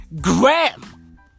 Graham